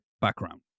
background